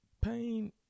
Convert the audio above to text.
pain